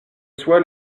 soit